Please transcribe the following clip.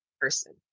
person